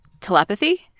telepathy